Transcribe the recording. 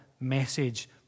message